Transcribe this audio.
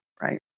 right